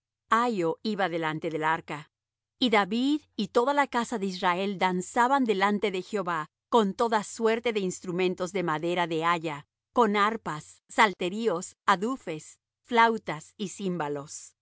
dios ahio iba delante del arca y david y toda la casa de israel danzaban delante de jehová con toda suerte de instrumentos de madera de haya con arpas salterios adufes flautas y címbalos